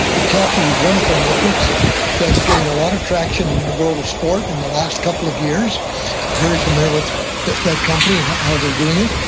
it captures these wonderful metrics that's getting a lot of traction in the world of sport in the last couple of years. i'm very familiar with that that company and how they're doing it.